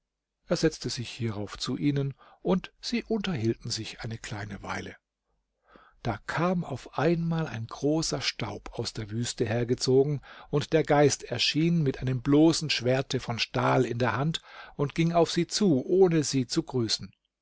er setzte sich hierauf zu ihnen und sie unterhielten sich eine kleine weile da kam auf einmal ein großer staub aus der wüste hergezogen und der geist erschien mit einem bloßen schwerte von stahl in der hand und ging auf sie zu ohne sie zu grüßen